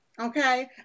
okay